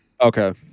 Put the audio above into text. Okay